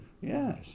Yes